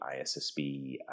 ISSB